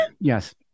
Yes